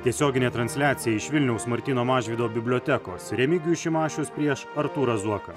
tiesioginė transliacija iš vilniaus martyno mažvydo bibliotekos remigijus šimašius prieš artūrą zuoką